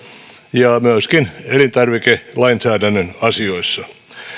ja myöskin elintarvikelainsäädännön asioissa